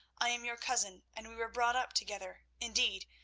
i am your cousin, and we were brought up together indeed,